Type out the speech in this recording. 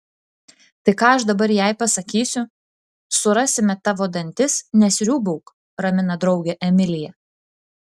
tai ką aš dabar jai pasakysiu surasime tavo dantis nesriūbauk ramina draugę emilija